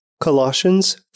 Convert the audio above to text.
Colossians